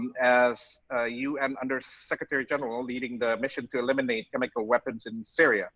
as un under secretary general leading the mission to eliminate chemical weapons in syria